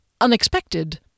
unexpected